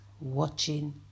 watching